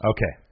Okay